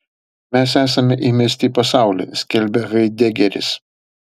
mes esame įmesti į pasaulį skelbia haidegeris